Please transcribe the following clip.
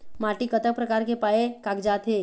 माटी कतक प्रकार के पाये कागजात हे?